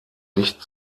nicht